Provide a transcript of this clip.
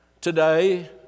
today